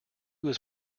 was